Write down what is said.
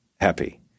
happy